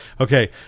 Okay